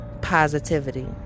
positivity